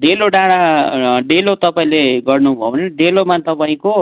डेलो डाँडा डेलो तपाईँले गर्नुभयो भने डेलोमा तपाईँको